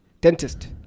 Dentist